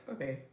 Okay